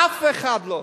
אף אחד לא.